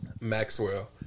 Maxwell